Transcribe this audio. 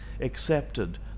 accepted